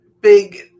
big